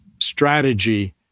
strategy